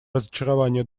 разочарование